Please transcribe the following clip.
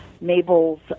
Mabel's